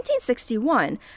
1961